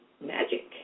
magic